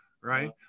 Right